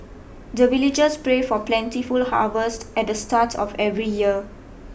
the villagers pray for plentiful harvest at the start of every year